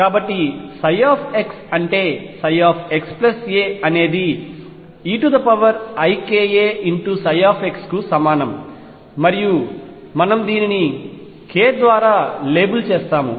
కాబట్టిψ అంటే xa అనేది eikaψ కు సమానం మరియు మనము దీనిని k ద్వారా లేబుల్ చేస్తాము